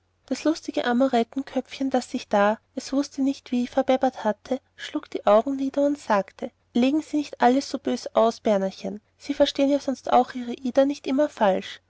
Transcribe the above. das lustige amorettenköpfchen das sich da es wußte nicht wie verbebbert hatte schlug die augen nieder und sagte legen sie nicht alles so bös aus bernerchen sie verstanden ja doch sonst ihre ida nicht immer falsch